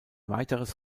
weiteres